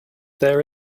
there